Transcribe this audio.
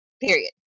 Period